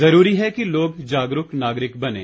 जरूरी है कि लोग जागरूक नागरिक बनें